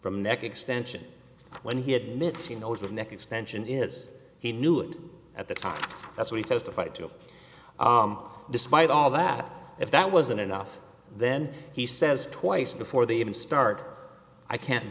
from neck extension when he admits he knows that neck extension is he knew it at the time that's what he testified to despite all that if that wasn't enough then he says twice before they even start i can't